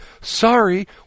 sorry